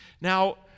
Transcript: Now